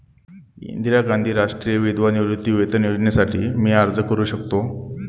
इंदिरा गांधी राष्ट्रीय विधवा निवृत्तीवेतन योजनेसाठी मी अर्ज करू शकतो?